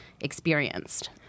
experienced